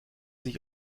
sich